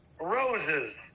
roses